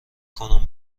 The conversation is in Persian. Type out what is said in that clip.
کنم